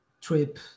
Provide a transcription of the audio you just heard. trip